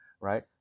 right